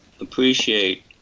appreciate